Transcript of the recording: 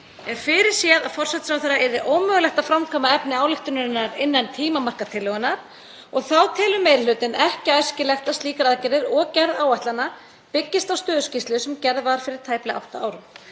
fyrirséð að forsætisráðherra yrði ómögulegt að framkvæma efni ályktunarinnar innan tímamarka tillögunnar. Þá telur meiri hlutinn ekki æskilegt að slíkar aðgerðir og gerð áætlana byggist á stöðuskýrslu sem gerð var fyrir tæplega átta árum.